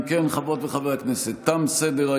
אם כן, חברות וחברי הכנסת, תם סדר-היום.